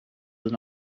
will